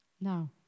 Now